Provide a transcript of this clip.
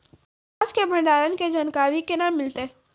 प्याज के भंडारण के जानकारी केना मिलतै?